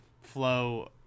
flow